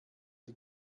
die